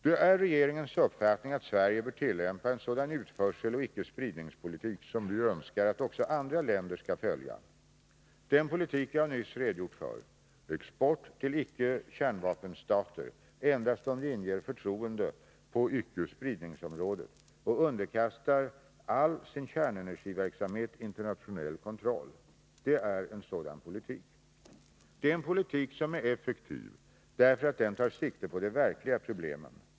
Det är regeringens uppfattning att Sverige bör tillämpa en sådan utförseloch icke-spridningspolitik som vi önskar att också andra länder skall följa. Den politik jag nyss redogjort för — export till icke-kärnvapenstater endast om de inger förtroende på icke-spridningsområdet och underkastar all sin kärnenergiverksamhet internationell kontroll — är en sådan politik. Det är en politik som är effektiv därför att den tar sikte på de verkliga problemen.